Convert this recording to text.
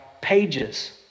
pages